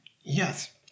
Yes